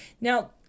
Now